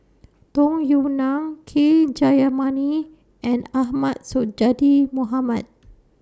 Tung Yue Nang K Jayamani and Ahmad Sonhadji Mohamad